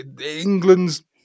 England's